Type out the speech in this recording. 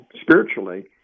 spiritually